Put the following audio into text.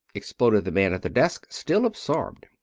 exploded the man at the desk, still absorbed.